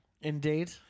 Indeed